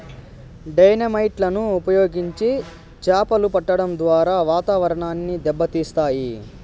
dynamite లను ఉపయోగించి చాపలు పట్టడం ద్వారా వాతావరణాన్ని దెబ్బ తీస్తాయి